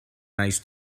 nice